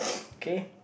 okay